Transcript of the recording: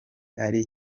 ari